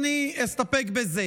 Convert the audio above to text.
ואני אסתפק בזה,